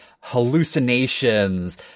hallucinations—